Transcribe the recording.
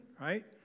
right